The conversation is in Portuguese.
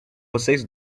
vocês